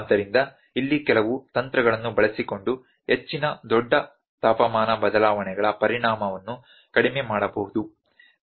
ಆದ್ದರಿಂದ ಇಲ್ಲಿ ಕೆಲವು ತಂತ್ರಗಳನ್ನು ಬಳಸಿಕೊಂಡು ಹೆಚ್ಚಿನ ದೊಡ್ಡ ತಾಪಮಾನ ಬದಲಾವಣೆಗಳ ಪರಿಣಾಮವನ್ನು ಕಡಿಮೆ ಮಾಡಬಹುದು